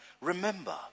remember